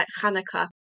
Hanukkah